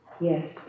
Yes